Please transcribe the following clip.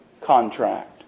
contract